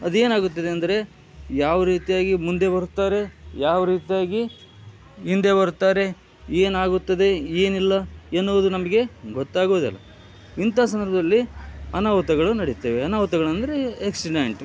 ಅದೇನಾಗುತ್ತದೆ ಅಂದರೆ ಯಾವ ರೀತಿಯಾಗಿ ಮುಂದೆ ಬರ್ತಾರೆ ಯಾವ ರೀತಿಯಾಗಿ ಹಿಂದೆ ಬರ್ತಾರೆ ಏನಾಗುತ್ತದೆ ಏನಿಲ್ಲ ಎನ್ನುವುದು ನಮಗೆ ಗೊತ್ತಾಗುವುದಿಲ್ಲ ಇಂಥ ಸಂದರ್ಭದಲ್ಲಿ ಅನಾಹುತಗಳು ನಡೆಯುತ್ತವೆ ಅನಾಹುತಗಳು ಅಂದರೆ ಎಕ್ಸಿಡೆಂಟ್